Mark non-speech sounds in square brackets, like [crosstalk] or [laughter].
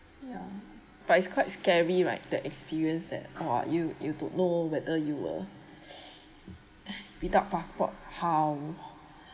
ya but it's quite scary right the experience that !wah! you you don't know whether you were [noise] without passport but how